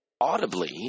audibly